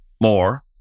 more